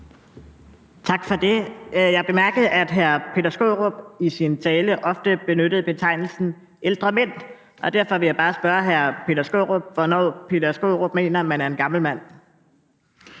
Tak for det. Jeg bemærkede, at hr. Peter Skaarup i sin tale ofte benyttede betegnelsen ældre mænd. Derfor vil jeg bare spørge hr. Peter Skaarup, hvornår hr. Peter Skaarup mener man er en gammel mand.